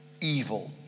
evil